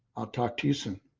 talk to you soon